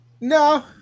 No